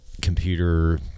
computer